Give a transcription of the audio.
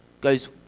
goes